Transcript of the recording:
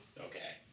Okay